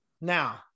Now